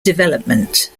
development